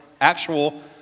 actual